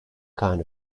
kind